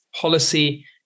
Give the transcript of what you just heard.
policy